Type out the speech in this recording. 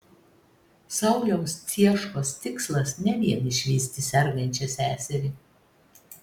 sauliaus cieškos tikslas ne vien išvysti sergančią seserį